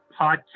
Podcast